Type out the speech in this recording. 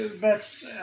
best